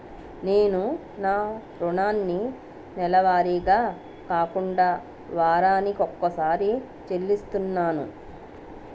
నేను నా రుణాన్ని నెలవారీగా కాకుండా వారాని కొక్కసారి చెల్లిస్తున్నాను